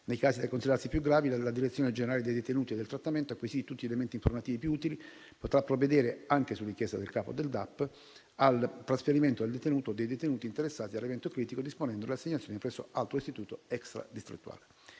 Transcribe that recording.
nei casi da considerarsi più gravi, la direzione generale dei detenuti e del trattamento, acquisiti tutti gli elementi informativi più utili, potrà provvedere, anche su richiesta del capo del Dipartimento dell'amministrazione penitenziaria, al trasferimento del detenuto o dei detenuti interessati dall'evento critico, disponendone l'assegnazione presso altro istituto extradistrettuale.